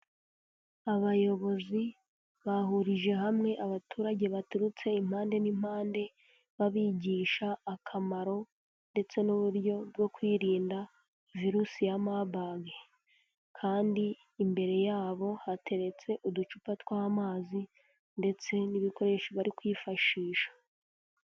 Abayobozi bahurije hamwe abaturage baturutse impande n'impande, babigisha akamaro ndetse n'uburyo bwo kwirinda virusi ya mabage, kandi imbere yabo hateretse uducupa tw'amazi ndetse n'ibikoresho bari kwifashisha.